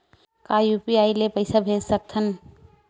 का यू.पी.आई ले पईसा भेज सकत हन?